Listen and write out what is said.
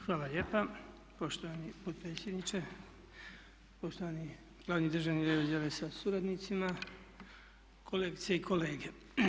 Hvala lijepa poštovani potpredsjedniče, poštovani glavni državni revizore sa suradnicima, kolegice i kolege.